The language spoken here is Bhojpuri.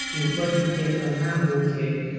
उपज केतना होखे?